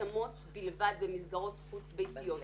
השמות בלבד במסגרות חוץ ביתיות,